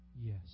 yes